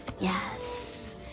yes